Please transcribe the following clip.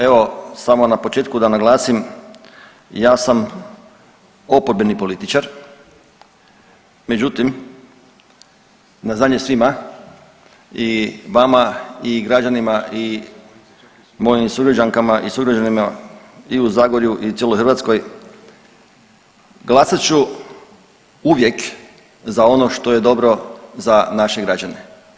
Evo, samo na početku da naglasim, ja sam oporbeni političar, međutim, na znanje svima i vama i građanima i mojim sugrađankama i sugrađanima i u Zagorju i cijeloj Hrvatskoj, glasat ću uvijek za ono što je dobro za naše građane.